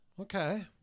okay